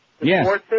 Yes